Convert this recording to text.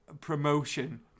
promotion